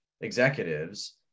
executives